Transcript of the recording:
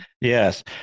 Yes